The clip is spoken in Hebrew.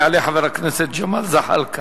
יעלה חבר הכנסת ג'מאל זחאלקה,